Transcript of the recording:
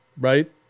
right